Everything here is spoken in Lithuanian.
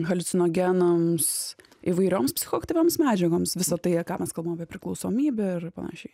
haliucinogenams įvairioms psichoaktyvioms medžiagoms visa tai ką mes kalbam apie priklausomybę ir panašiai